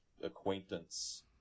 acquaintance